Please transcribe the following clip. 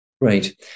Great